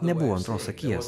nebuvo antros akies